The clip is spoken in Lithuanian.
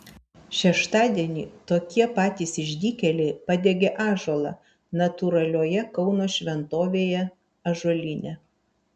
šeštadienį tokie patys išdykėliai padegė ąžuolą natūralioje kauno šventovėje ąžuolyne